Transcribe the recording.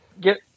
get